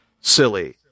silly